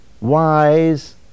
wise